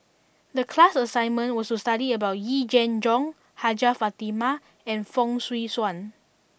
the class assignment was to study about Yee Jenn Jong Hajjah Fatimah and Fong Swee Suan